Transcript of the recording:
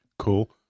Cool